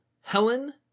Helen